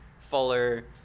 fuller